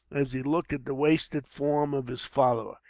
as he looked at the wasted form of his follower.